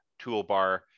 toolbar